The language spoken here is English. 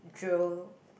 drool